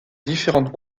différentes